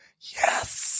yes